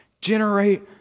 generate